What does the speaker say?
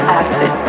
acid